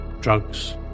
drugs